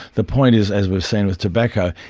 the point is, as we've seen with tobacco,